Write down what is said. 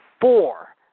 four